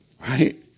right